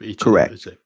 Correct